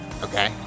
Okay